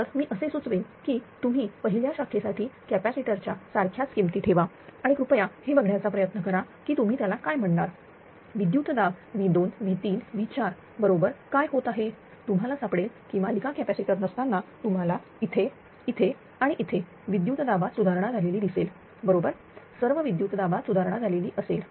तर मी असे सुचवेन की तुम्ही पहिल्या शाखेसाठी कॅपॅसिटर च्या सारख्याच किमती ठेवा आणि कृपया हे बघण्याचा प्रयत्न करा कि तुम्ही त्याला काय म्हणणार विद्युतदाब V2 V3V4 बरोबर काय होत आहे तुम्हाला सापडेल की मालिका कॅपॅसिटर नसताना तुम्हाला इथे इथे इथे विद्युत दाबात सुधारणा झालेली दिसेल बरोबर सर्व विद्युत दाबात सुधारणा झालेली असेल